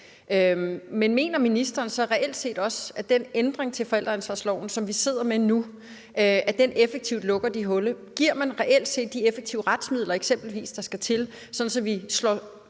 Men mener ministeren så reelt set også, at den ændring af forældreansvarsloven, som vi sidder med nu, effektivt lukker de huller? Giver man eksempelvis reelt set de effektive retsmidler, der skal til, sådan at vi slår